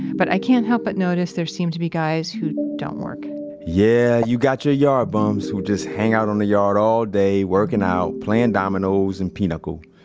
but i can't help but notice there seem to be guys who don't work yeah, you got your yard bums. just hang out on the yard all day working out, playing dominos and pinocle.